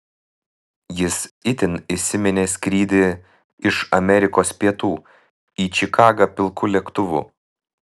jis itin įsiminė skrydį iš amerikos pietų į čikagą pilku lėktuvu